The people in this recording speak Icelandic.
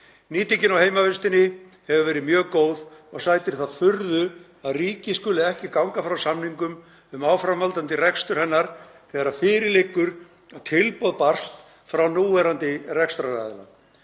Nýtingin á heimavistinni hefur verið mjög góð og það sætir því furðu að ríkið skuli ekki ganga frá samningum um áframhaldandi rekstur hennar þegar fyrir liggur að tilboð barst frá núverandi rekstraraðila.